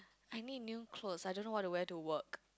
I need new clothes I don't know what to wear to work